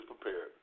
prepared